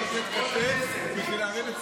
אבל כולם צריכים לתת כתף בשביל להרים את כולם למעלה.